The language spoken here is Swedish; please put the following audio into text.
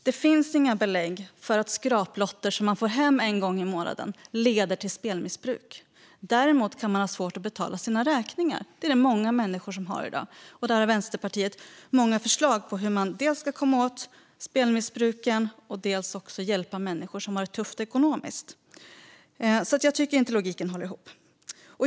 Det finns inga belägg för att skraplotter som man får hem en gång i månaden leder till spelmissbruk. Däremot kan man ha svårt att betala sina räkningar. Det gäller många människor i dag. Vänsterpartiet har många förslag på hur vi ska dels komma åt spelmissbruket, dels hjälpa människor som har det tufft ekonomiskt. Jag tycker inte att logiken håller.